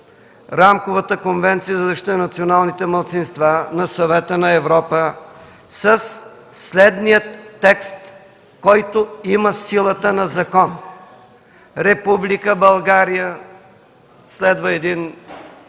Рамковата конвенция за защита на националните малцинства на Съвета на Европа със следния текст, който има силата на закон: „Република България – следва един